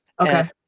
Okay